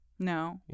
No